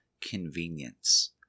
convenience